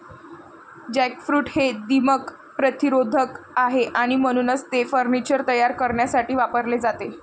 jackfruit हे दीमक प्रतिरोधक आहे आणि म्हणूनच ते फर्निचर तयार करण्यासाठी वापरले जाते